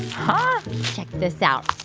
um ah check this out